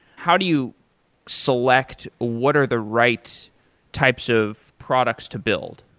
how do you select what are the right types of products to build?